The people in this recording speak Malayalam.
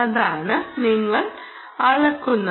അതാണ് നിങ്ങൾ അളക്കുന്നത്